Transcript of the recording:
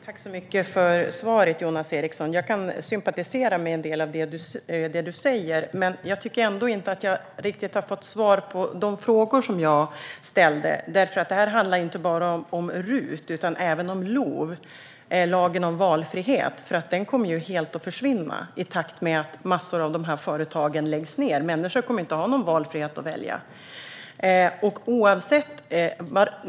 Herr talman! Tack så mycket för svaret, Jonas Eriksson! Jag kan sympatisera med en del av det du säger, men jag tycker ändå inte att jag riktigt har fått svar på de frågor som jag ställde. Detta handlar ju inte bara om RUT utan även om LOV, lagen om valfrihet, som helt kommer att försvinna i takt med att massor av dessa företag läggs ned. Människor kommer inte att ha någon frihet att välja.